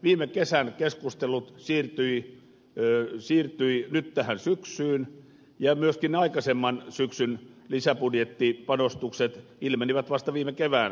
viime kesän keskustelut siirtyivät nyt tähän syksyyn ja myöskin aikaisemman syksyn lisäbudjettipanostukset ilmenivät vasta viime kevään ratkaisuissa